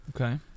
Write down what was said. Okay